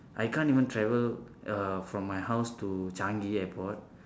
I can't even travel uh from my house to changi airport